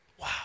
Wow